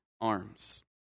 arms